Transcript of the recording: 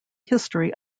history